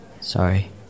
Sorry